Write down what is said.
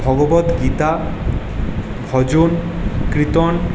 ভগবত গীতা ভজন কীর্তন